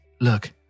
look